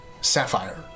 sapphire